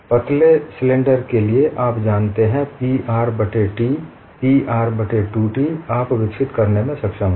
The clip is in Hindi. पतले सिलेंडर के लिए आप जानते हैं p r बट्टे t p r बट्टे 2 t आप विकसित करने में सक्षम हैं